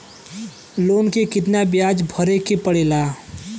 Loan के कितना ब्याज भरे के पड़े ला?